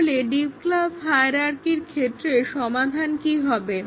তাহলে deep class হায়ারার্কির ক্ষেত্রে সমাধান কি হবে